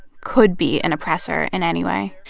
could be an oppressor in any way.